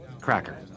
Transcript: cracker